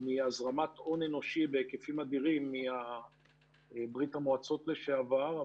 מהזרמת הון אנושי בהיקפים אדירים מברית המועצות לשעבר.